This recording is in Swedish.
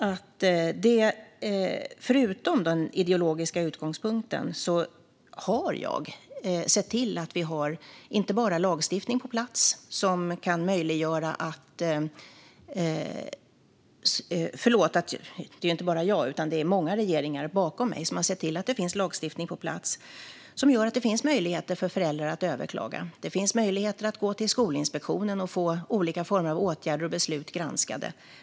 Utöver den ideologiska utgångspunkten kan jag konstatera att jag, och många regeringar före mig, har sett till att det finns lagstiftning på plats som gör att det finns möjligheter för föräldrar att överklaga. Det finns en möjlighet att gå till Skolinspektionen och få olika former av åtgärder och beslut granskade.